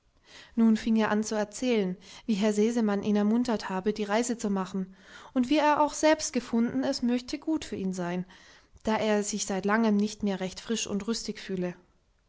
nun fing er an zu erzählen wie herr sesemann ihn ermuntert habe die reise zu machen und wie er auch selbst gefunden es möchte gut für ihn sein da er sich seit langem nicht mehr recht frisch und rüstig fühle